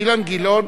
אילן גילאון,